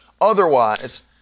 Otherwise